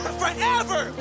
forever